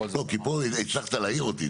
לא, כי פה הצלחת להעיר אותי.